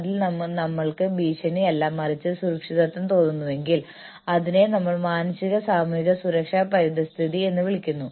അതിനാൽ ആളുകൾക്ക് ഓർഗനൈസേഷനുമായി പ്രത്യേകിച്ച് മുതിർന്ന മാനേജ്മെന്റുമായി സ്ഥിരത അനുഭവപ്പെടുന്നു